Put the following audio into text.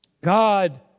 God